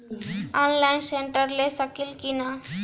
Online tractor ले सकीला कि न?